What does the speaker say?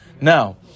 Now